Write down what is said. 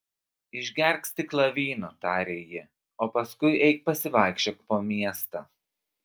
išgerk stiklą vyno tarė ji o paskui eik pasivaikščiok po miestą